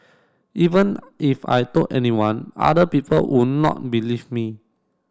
even if I told anyone other people would not believe me